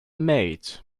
maid